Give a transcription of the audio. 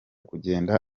kugenda